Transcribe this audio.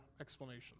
explanation